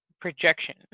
projection